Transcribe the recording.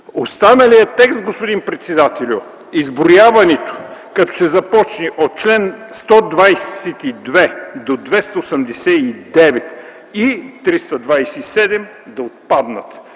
Останалият текст, господин председателю, изброяването – като се започне от чл. 122 до чл. 289 и чл. 327, да отпадне.